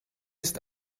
ist